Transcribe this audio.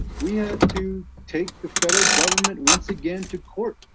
we had to take the federal government, once again to court,